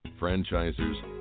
Franchisers